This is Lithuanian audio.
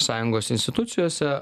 sąjungos institucijose